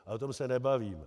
O tom se nebavíme.